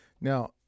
Now